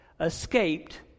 escaped